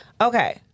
Okay